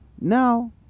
now